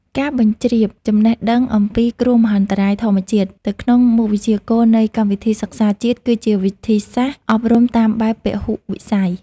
ការបញ្ជ្រាបចំណេះដឹងអំពីគ្រោះមហន្តរាយធម្មជាតិទៅក្នុងមុខវិជ្ជាគោលនៃកម្មវិធីសិក្សាជាតិ គឺជាវិធីសាស្ត្រអប់រំតាមបែបពហុវិស័យ។